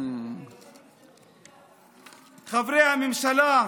חברי הממשלה,